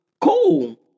Cool